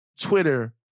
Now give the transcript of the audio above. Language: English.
Twitter